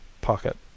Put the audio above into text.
pocket